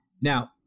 Now